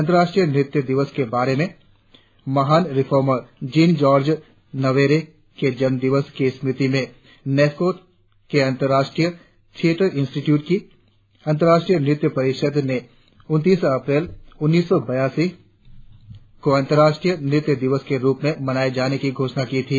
अंतर्राष्ट्रीय नृत्य दिवस के बारे में महान रिफॉर्मर जीन जार्ज नावेरे के जन्म दिवस की स्मृति में यूनेस्को के अंतर्राष्ट्रीय थियेटर इंस्टीट्यूट की अंतर्राष्ट्रीय नृत्य परिषद ने उनतीस अप्रैल उन्नीस सौ बयासी को अंतर्राष्ट्रीय नृत्य दिवस के रुप में मनाये जाने की घोषणा की थी